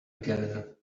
again